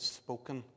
spoken